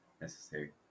necessary